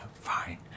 fine